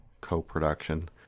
co-production